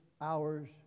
hours